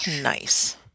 nice